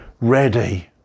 ready